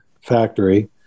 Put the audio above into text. factory